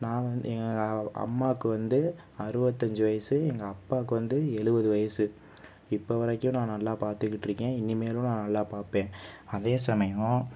நான் வந்து அம்மாக்கு வந்து அறுவத்தஞ்சு வயது எங்க அப்பாக்கு வந்து எழுபது வயது இப்போ வரைக்கும் நான் நல்லா பார்த்துகிட்டு இருக்கேன் இனிமேலும் நான் நல்லா பார்ப்பேன் அதே சமயம்